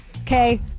okay